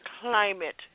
climate